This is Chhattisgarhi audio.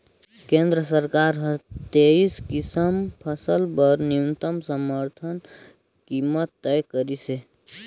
केंद्र सरकार हर तेइस किसम फसल बर न्यूनतम समरथन कीमत तय करिसे